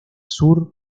sur